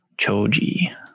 Choji